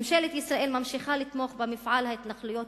ממשלת ישראל ממשיכה לתמוך במפעל ההתנחלויות